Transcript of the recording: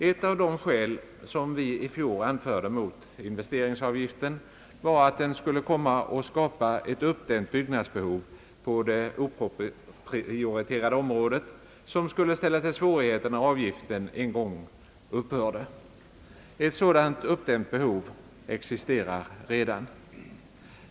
Ett av de skäl vi i fjol anförde mot investeringsavgiften var att den skulle komma att skapa ett uppdämt byggnadsbehov på det oprioriterade området, som skulle ställa till svårigheter när avgiften en gång upphörde. Ett sådant uppdämt behov existerar redan.